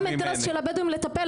זה גם האינטרס של הבדואים לטפל,